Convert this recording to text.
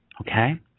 Okay